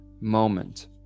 moment